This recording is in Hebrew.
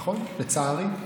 נכון, לצערי.